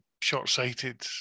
short-sighted